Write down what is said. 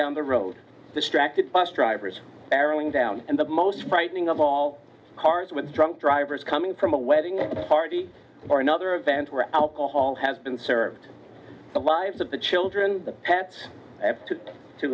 down the road distracted bus drivers barreling down and the most frightening of all cars with drunk drivers coming from a wedding party or another event where alcohol has been served the lives of the children the pets have to two